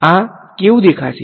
આ કેવુ દેખાશે